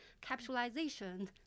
capitalization